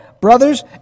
brothers